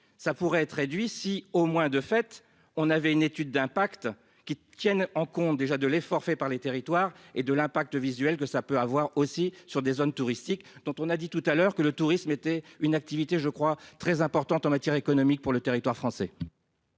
ça pourrait être réduit si au moins deux fait on avait une étude d'impact qui tiennent en compte déjà de l'effort fait par les territoires et de l'impact visuel, que ça peut avoir aussi sur des zones touristiques dont on a dit tout à l'heure que le tourisme était une activité je crois très importantes en matière économique pour le territoire français.